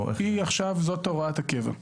היא עכשיו הוראת הקבע.